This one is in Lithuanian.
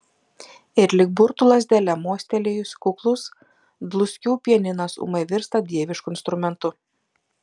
ir lyg burtų lazdele mostelėjus kuklus dluskių pianinas ūmai virsta dievišku instrumentu